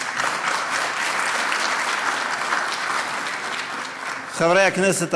(מחיאות כפיים) חברי הכנסת,